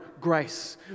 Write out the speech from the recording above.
grace